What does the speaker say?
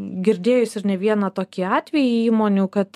girdėjusi ir ne vieną tokį atvejį įmonių kad